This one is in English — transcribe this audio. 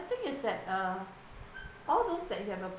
thing is that uh all those that you have a~